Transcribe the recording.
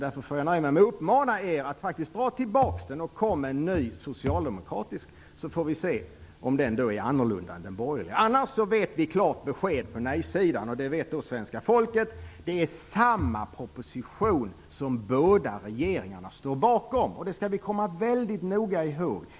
Därför nöjer jag mig med att uppmana er att faktiskt dra tillbaka den och komma med en ny, socialdemokratisk, proposition. Då får vi se om den är annorlunda än den borgerliga. Annars vet vi på nejsidan klart besked, och det vet också svenska folket: det är samma proposition som båda regeringarna står bakom. Det skall vi väldigt noga komma ihåg.